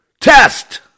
test